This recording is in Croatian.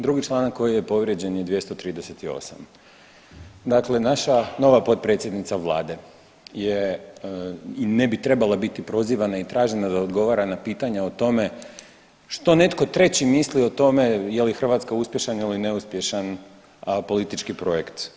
Drugi članak koji je povrijeđen je 238., dakle naša nova potpredsjednica vlade je i ne bi trebala biti pozivana i tražena da odgovara na pitanja o tome što netko treći misli o tome je li Hrvatska uspješan ili neuspješan politički projekt.